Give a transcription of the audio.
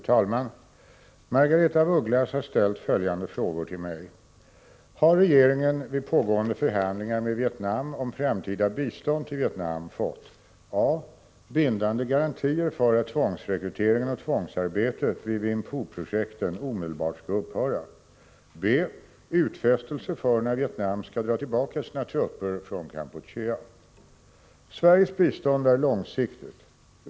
Fru talman! Margaretha af Ugglas har ställt följande frågor till mig: Har regeringen vid pågående förhandlingar med Vietnam om framtida bistånd till Vietnam fått a) bindande garantier för att tvångsrekryteringen och tvångsarbetet vid Vinh Phu-projekten omedelbart skall upphöra? b) utfästelser för när Vietnam skall dra tillbaka sina trupper från Kampuchea? Sveriges bistånd är långsiktigt.